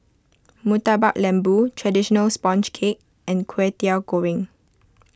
Murtabak Lembu Traditional Sponge Cake and Kwetiau Goreng